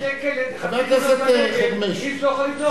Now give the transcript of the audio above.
ב-600,000 שקל לחצי דונם בנגב איש לא יכול לבנות.